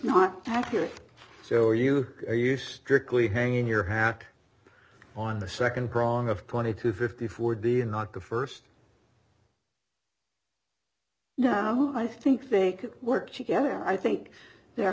not accurate so are you are you strictly hanging your hat on the second prong of twenty two fifty four d and not the first now i think they could work together and i think there